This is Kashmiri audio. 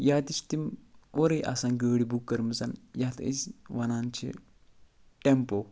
یا تہِ چھِ تِم اورٕے آسان گٲڑۍ بُک کٔرمٕژَن یَتھ أسۍ وَنان چھِ ٹیمپو